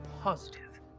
positive